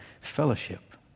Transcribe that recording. fellowship